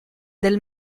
del